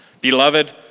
Beloved